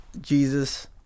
Jesus